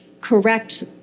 correct